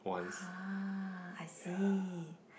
ah I see